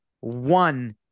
one